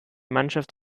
mannschaft